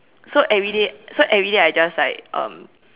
so everyday so everyday I just like um